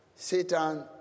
Satan